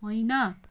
होइन